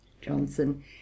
Johnson